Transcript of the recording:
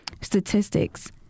statistics